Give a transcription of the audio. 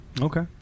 Okay